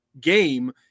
game